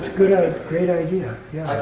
a great idea. yeah.